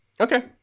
Okay